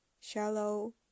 shallow